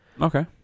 okay